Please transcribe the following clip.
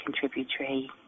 contributory